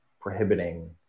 prohibiting